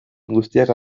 guztiak